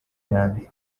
hanze